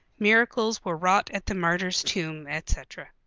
miracles were wrought at the martyr's tomb, etc.